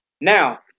Now